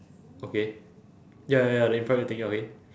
okay ya ya ya the infrared thing ya okay